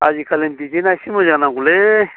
आजिखालि डिजेना एसे मोजां नांगौलै